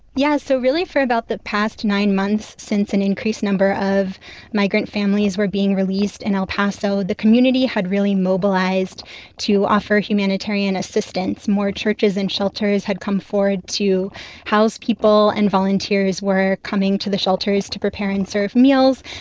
yeah. so really for about the past nine months, since an increased number of migrant families were being released in el paso, the community had really mobilized to offer humanitarian assistance. more churches and shelters had come forward to house people, and volunteers were coming to the shelters to prepare and serve meals,